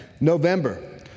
November